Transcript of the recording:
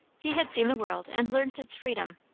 he had seen the world and learnt its freedom.